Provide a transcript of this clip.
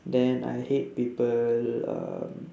then I hate people um